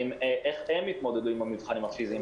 איך הם יתמודדו עם המבחנים הפיזיים?